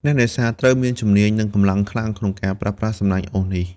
អ្នកនេសាទត្រូវមានជំនាញ និងកម្លាំងខ្លាំងក្នុងការប្រើប្រាស់សំណាញ់អូសនេះ។